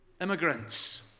Immigrants